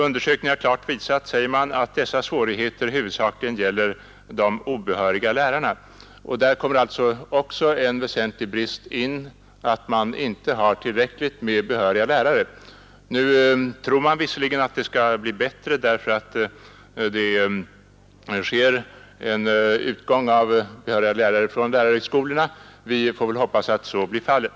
Undersökningen har klart visat, säger man, att dessa svårigheter huvudsakligen gäller de obehöriga lärarna. Där tillkommer alltså ytterligare en väsentlig brist, nämligen bristen på behöriga lärare. Nu tror man visserligen att det skall bli bättre, därför att behöriga lärare utexamineras från lärarhögskolan. Vi får väl hoppas att så blir fallet.